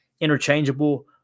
interchangeable